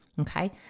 Okay